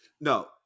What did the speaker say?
No